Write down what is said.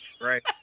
Right